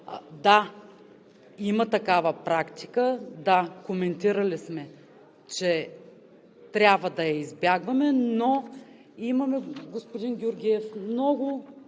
Да, има такава практика, да, коментирали сме, че трябва да я избягваме, но имаме, господин Георгиев, много